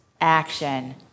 Action